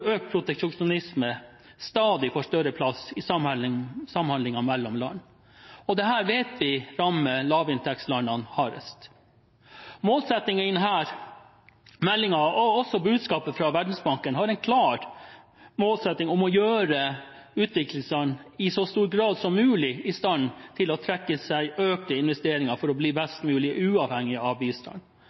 økt proteksjonisme får en stadig større plass i samhandlingen mellom land, og dette vet vi rammer lavinntektslandene hardest. Den klare målsettingen i denne meldingen og også budskapet fra Verdensbanken er å gjøre utviklingsland i så stor grad som mulig i stand til å trekke til seg økte investeringer for å bli mest mulig uavhengig av bistand.